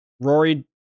Rory